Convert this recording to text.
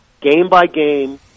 game-by-game